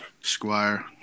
squire